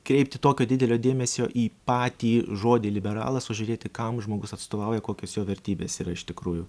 kreipti tokio didelio dėmesio į patį žodį liberalas o žiūrėti kam žmogus atstovauja kokios jo vertybės yra iš tikrųjų